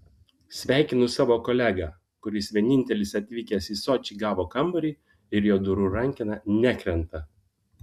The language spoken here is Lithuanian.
sveikinu savo kolegą kuris vienintelis atvykęs į sočį gavo kambarį ir jo durų rankena nekrenta